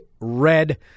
red